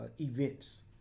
events